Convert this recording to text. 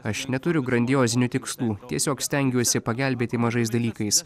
aš neturiu grandiozinių tikslų tiesiog stengiuosi pagelbėti mažais dalykais